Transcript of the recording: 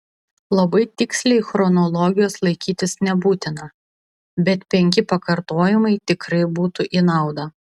labai tiksliai chronologijos laikytis nebūtina bet penki pakartojimai tikrai būtų į naudą